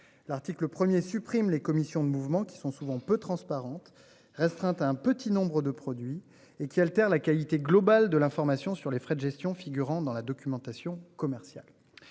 L'article 1er supprime les commissions de mouvement qui sont souvent peu transparente restreinte à un petit nombre de produits et qui altèrent la qualité globale de l'information sur les frais de gestion figurant dans la documentation commerciale.